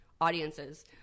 audiences